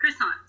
Croissants